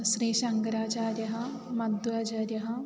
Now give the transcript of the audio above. श्रीशङ्कराचार्यः मध्वाचार्यः